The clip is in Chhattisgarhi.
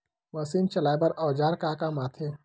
मशीन चलाए बर औजार का काम आथे?